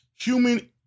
human